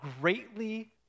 greatly